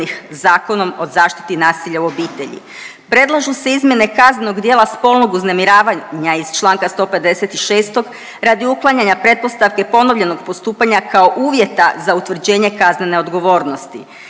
Zakonom o zaštiti nasilja u obitelji. Predlažu se izmjene kaznenog djela spolnog uznemiravanja iz čl. 156. radi uklanjanja pretpostavke ponovljenog postupanja kao uvjeta za utvrđenje kaznene odgovornosti.